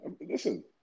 Listen